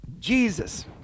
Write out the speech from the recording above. Jesus